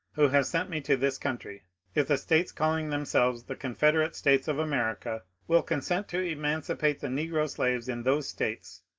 who have sent me to this country if the states calling themselves the confederate states of america will consent to emancipate the negro slaves in those states,